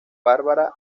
barbara